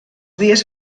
dies